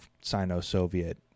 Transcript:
Sino-Soviet